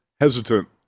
hesitant